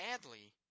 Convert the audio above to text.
sadly